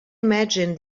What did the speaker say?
imagine